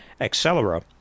Accelera